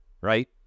right